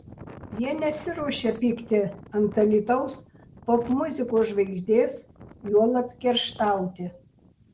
jie nesiruošia pykti ant alytaus popmuzikos žvaigždės juolab kerštauti